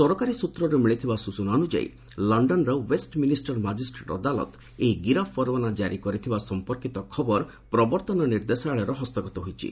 ସରକାରୀ ସୂତ୍ରରୁ ମିଳିଥିବା ସୂଚନା ଅନୁଯାୟୀ ଲଣ୍ଡନର ଓ୍ବେଷ୍ଟ୍ମିନିଷ୍ଟର ମାଜିଷ୍ଟ୍ରେଟ୍ ଅଦାଲତ ଏହି ଗିରଫ ପରୱାନା କାରି କରିଥିବା ସଂପର୍କିତ ଖବର ପ୍ରବର୍ତ୍ତନ ନିର୍ଦ୍ଦେଶାଳୟର ହସ୍ତଗତ ହୋଇଛି